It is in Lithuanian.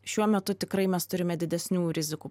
šiuo metu tikrai mes turime didesnių rizikų